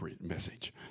message